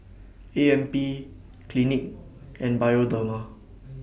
A M P Clinique and Bioderma